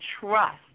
trust